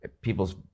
people's